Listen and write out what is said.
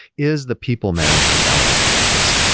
is the people management element of things.